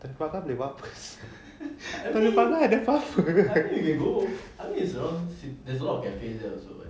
tanjong pagar boleh buat apa sia tanjong pagar ada apa